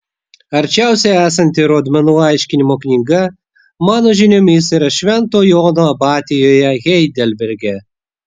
arčiausiai esanti rodmenų aiškinimo knyga mano žiniomis yra švento jono abatijoje heidelberge